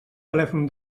telèfon